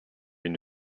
une